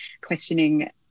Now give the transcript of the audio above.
questioning